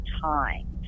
time